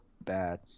bad